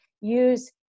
use